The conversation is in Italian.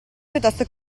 piuttosto